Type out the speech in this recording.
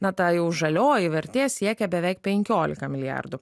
na ta jau žalioji vertė siekia beveik penkiolika milijardų